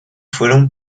fueron